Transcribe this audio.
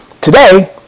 Today